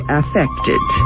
affected